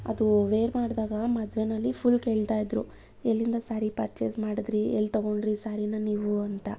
ಅದು ವೇರ್ ಮಾಡಿದಾಗ ಮದುವೆನಲ್ಲಿ ಫುಲ್ ಕೇಳ್ತಾಯಿದ್ರು ಎಲ್ಲಿಂದ ಸ್ಯಾರಿ ಪರ್ಚೇಸ್ ಮಾಡಿದ್ರಿ ಎಲ್ಲಿ ತಗೊಂಡ್ರಿ ಸ್ಯಾರೀನ ನೀವು ಅಂತ